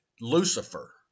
Lucifer